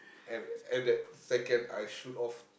and at that second I shoot off